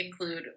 include